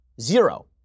Zero